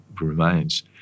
remains